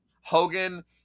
Hogan